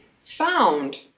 found